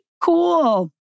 cool